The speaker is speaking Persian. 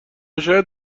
شاید